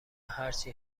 هرچی